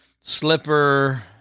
Slipper